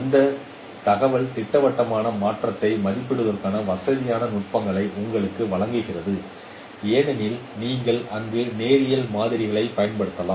அந்த தகவல் திட்டவட்டமான மாற்றத்தை மதிப்பிடுவதற்கான வசதியான நுட்பங்களை உங்களுக்கு வழங்குகிறது ஏனெனில் நீங்கள் அங்கு நேரியல் மாதிரியைப் பயன்படுத்தலாம்